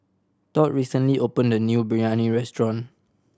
Tod recently opened a new Biryani restaurant